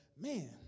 man